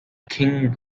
king